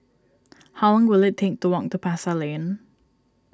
how will it take to walk to Pasar Lane